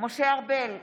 משה ארבל,